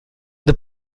the